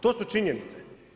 To su činjenice.